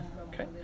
okay